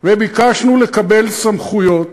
וביקשנו לקבל סמכויות,